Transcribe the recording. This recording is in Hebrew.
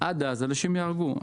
ועד אז אנשים ייהרגו.